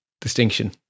distinction